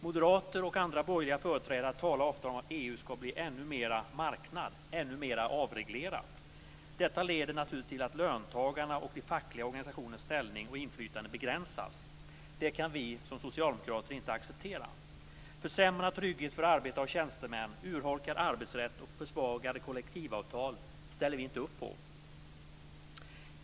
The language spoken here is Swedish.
Moderater och andra borgerliga företrädare talar ofta om att EU ska bli ännu mer marknad, ännu mer avreglerat. Detta leder naturligtvis till att löntagarnas och de fackliga organisationernas ställning och inflytande begränsas. Det kan vi socialdemokrater inte acceptera. Försämrad trygghet för arbetare och tjänstemän, urholkad arbetsrätt och försvagade kollektivavtal ställer vi inte upp på.